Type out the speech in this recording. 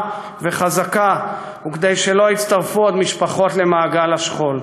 וחזקה וכדי שלא יצטרפו עוד משפחות למעגל השכול.